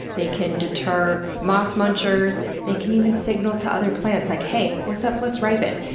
they can deter moss munchers. they can even signal to other plants, like, hey, what's up! let's ripen!